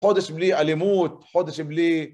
חודש בלי אלימות, חודש בלי